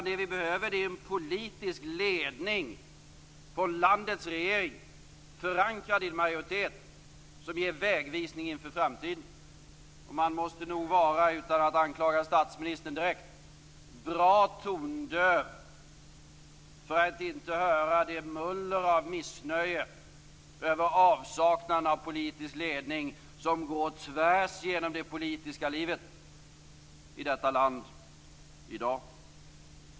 Det vi behöver är en politisk ledning från landets regering, förankrad i en majoritet, som ger vägvisning inför framtiden. Man måste nog vara - utan att anklaga statsministern direkt - bra tondöv för att inte höra det muller av missnöje över avsaknaden av politisk ledning som går tvärs genom det politiska livet i detta land i dag.